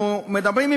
אנחנו מדברים,